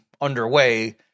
underway